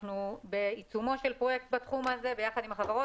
אנחנו בעיצומו של פרויקט בתחום הזה ביחד עם החברות